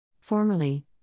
Formerly